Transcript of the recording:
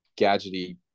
gadgety